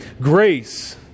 Grace